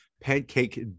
pancake